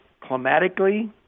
climatically